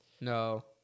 No